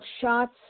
shots